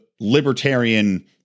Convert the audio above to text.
libertarian